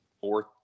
fourth